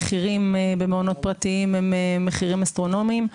המחירים במעונות פרטיים הם מחירים אסטרונומיים.